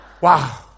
Wow